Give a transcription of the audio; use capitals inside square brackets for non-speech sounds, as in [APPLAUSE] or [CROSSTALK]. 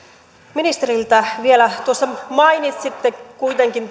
ministeriltä vielä tuossa mainitsitte kuitenkin [UNINTELLIGIBLE]